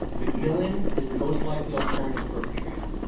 mcmillan is the most likely alternative perpetrator.